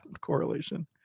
correlation